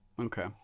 Okay